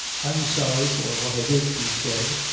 i'm sorry for what i did, she said,